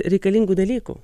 reikalingų dalykų